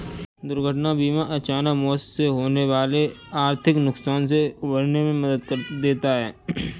दुर्घटना बीमा अचानक मौत से होने वाले आर्थिक नुकसान से उबरने में मदद देता है